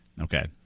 Okay